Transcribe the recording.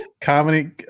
comedy